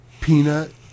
Peanut